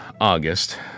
August